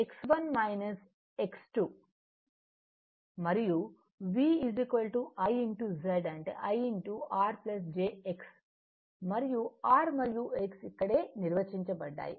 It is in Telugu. మరియు V I Z అంటే I R jX మరియు R మరియు X ఇక్కడే నిర్వచించబడ్డాయి